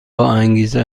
باانگیزه